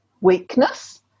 weakness